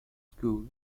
school